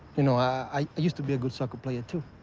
you know, i i used to be a good soccer player too.